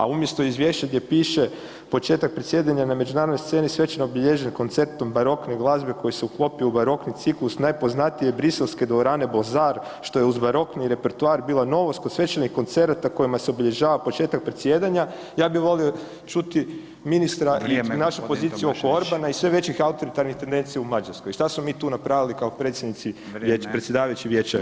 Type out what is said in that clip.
A umjesto izvješća gdje piše „početak predsjedanja na međunarodnoj sceni svečano je obilježen koncertom barokne glazbe koji se uklopio u barokni ciklus najpoznatije briselske dvorane Bozar, što je uz barokni repertoar bila novost kod svečanih koncerata kojima se obilježava početak predsjedanja“, ja bi volio čuti ministra [[Upadica: Vrijeme g. Tomašević]] i našu poziciju oko Orbana i sve većih autoritarnih tendencija u Mađarskoj i šta smo mi tu napravili kao predsjednici [[Upadica: Vrijeme]] predsjedavajući Vijećem EU?